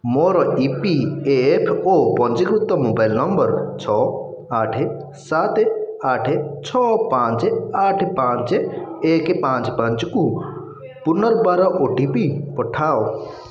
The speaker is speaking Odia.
ମୋର ଇ ପି ଏଫ୍ ଓ ପଞ୍ଜୀକୃତ ମୋବାଇଲ୍ ନମ୍ବର୍ ଛଅ ଆଠ ସାତ ଆଠ ଛଅ ପାଞ୍ଚ ଆଠ ପାଞ୍ଚ ଏକ ପାଞ୍ଚ ପାଞ୍ଚକୁ ପୁନର୍ବାର ଓ ଟି ପି ପଠାଅ